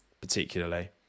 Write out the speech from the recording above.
particularly